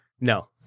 No